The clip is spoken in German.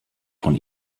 von